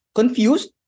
Confused